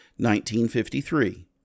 1953